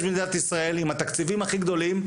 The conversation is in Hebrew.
במדינת ישראל עם התקציבים הכי גדולים,